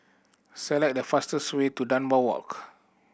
select the fastest way to Dunbar Walk